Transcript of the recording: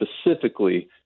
specifically